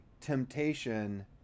temptation